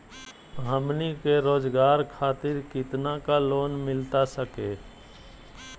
हमनी के रोगजागर खातिर कितना का लोन मिलता सके?